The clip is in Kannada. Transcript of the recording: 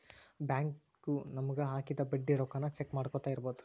ಬ್ಯಾಂಕು ನಮಗ ಹಾಕಿದ ಬಡ್ಡಿ ರೊಕ್ಕಾನ ಚೆಕ್ ಮಾಡ್ಕೊತ್ ಇರ್ಬೊದು